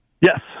Yes